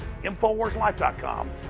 infowarslife.com